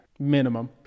minimum